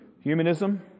Humanism